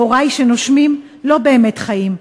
הורי שנושמים לא ממש חיים.